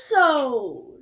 episode